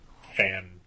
fan